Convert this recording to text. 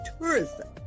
tourism